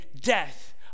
death